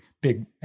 big